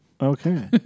Okay